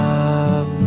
up